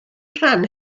ran